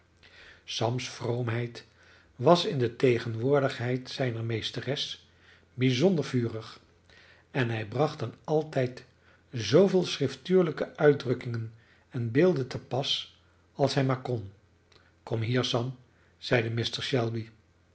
sams vroomheid was in de tegenwoordigheid zijner meesteres bijzonder vurig en hij bracht dan altijd zooveel schriftuurlijke uitdrukkingen en beelden te pas als hij maar kon kom hier sam zeide mr shelby